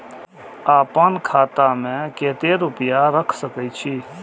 आपन खाता में केते रूपया रख सके छी?